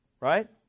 Right